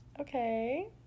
Okay